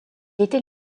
était